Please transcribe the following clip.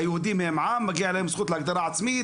היהודים הם עם, מגיע להם זכות להגדרה עצמית.